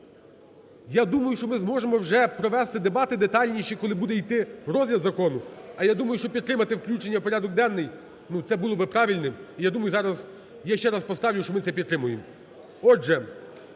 Я думаю, що ми зможемо вже провести дебати детальніші, коли буде йти розгляд закону. А я думаю, що підтримати включення в порядок денний – це було би правильним. І я думаю зараз, я ще раз поставлю, що ми це підтримуємо.